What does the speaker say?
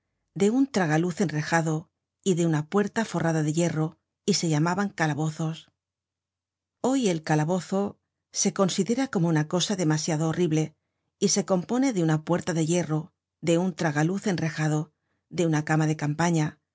de un tragaluz enrejado y de una puerta forrada de hierro y se llamaban calabozos hoy el calabozo se considera como una cosa demasiado horrible y se compone de una puerta de hierro de un tragaluz enrejado de una cama de campaña